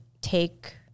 take